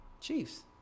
Chiefs